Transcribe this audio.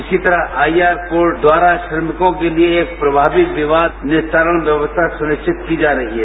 इसी तरह I R code द्वारा श्रमिकों के लिये एक प्रमावी विवाद निस्वारण व्यवस्था सुनिश्चित की जा रही है